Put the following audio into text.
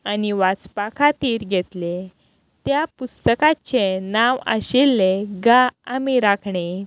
आनी वाचपा खातीर घेतलें त्या पुस्तकाचें नांव आशिल्लें गा आमी राखणे